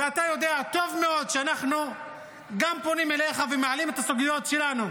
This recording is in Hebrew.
ואתה יודע טוב מאוד שאנחנו פונים גם אליך ומעלים את הסוגיות שלנו.